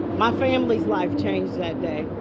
my family's life changed that day.